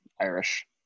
Irish